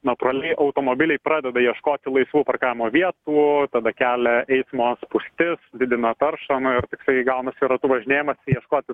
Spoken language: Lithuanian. natūraliai automobiliai pradeda ieškoti laisvų parkavimo vietų tada kelia eismo spūstis didina taršą na ir toksai gaunasi toksai ratu važinėjimas ieškoti